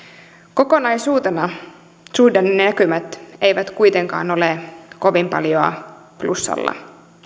kokonaisuutena suhdannenäkymät eivät kuitenkaan ole kovin paljoa plussalla